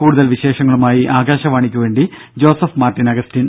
കൂടുതൽ വിശേഷങ്ങളുമായി ആകാശവാണിക്കു വേണ്ടി ജോസഫ് മാർട്ടിൻ അഗസ്റ്റിൻ